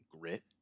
grit